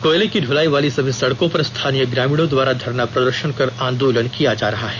कोयले की ढुलाई वाले सभी सड़कों पर स्थानीय ग्रामीणों द्वारा धरना प्रदर्शन कर आंदोलन किया जा रहा है